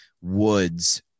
woods